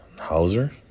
Hauser